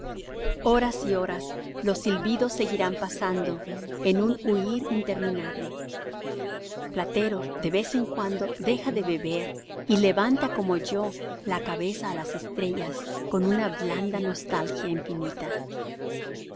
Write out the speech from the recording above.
horas y horas los silbidos seguirán pasando en un huir interminable platero de vez en cuando deja de beber y levanta como yo la cabeza á las estrellas con una blanda nostalgia infinita